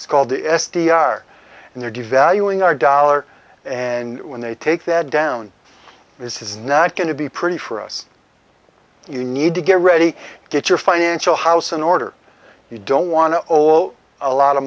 it's called s d r and they're devaluing our dollar and when they take that down this is not going to be pretty for us you need to get ready get your financial house in order you don't want to own a lot of